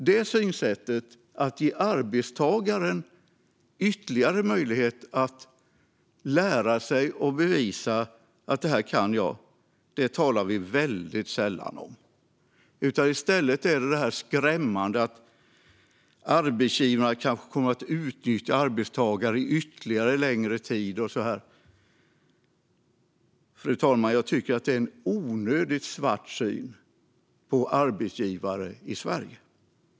Detta synsätt - att ge arbetstagaren ytterligare möjlighet att lära sig och bevisa att den kan - talar vi väldigt sällan om. I stället talas det om det skrämmande att arbetsgivarna kanske kommer att utnyttja arbetstagare under ännu längre tid. Jag tycker, fru talman, att detta är en onödigt svart syn på arbetsgivare i Sverige.